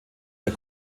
der